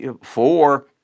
four